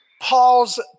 Paul's